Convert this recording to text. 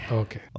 okay